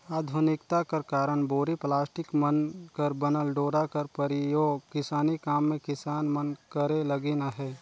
आधुनिकता कर कारन बोरी, पलास्टिक मन कर बनल डोरा कर परियोग किसानी काम मे किसान मन करे लगिन अहे